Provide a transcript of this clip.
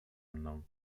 mną